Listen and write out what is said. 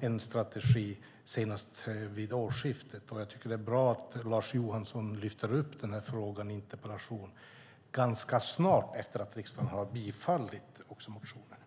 en strategi senast vid årsskiftet, och jag tycker att det är bra att Lars Johansson lyfter upp den här frågan i en interpellation ganska snart efter att riksdagen har bifallit motionen.